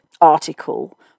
article